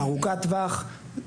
ארוכת טווח,